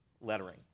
lettering